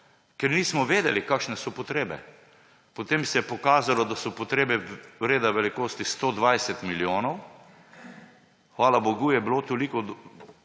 ker nismo vedeli, kakšne so potrebe, potem se je pokazalo, da so potrebe reda velikost 120 milijonov, hvala bogu, da je bilo toliko